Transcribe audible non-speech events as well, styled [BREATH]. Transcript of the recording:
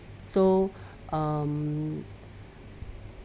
so [BREATH] um